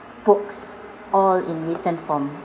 books all in written form